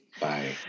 Bye